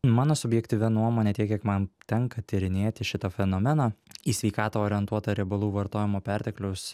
mano subjektyvia nuomone tiek kiek man tenka tyrinėti šitą fenomeną į sveikatą orientuotą riebalų vartojimo pertekliaus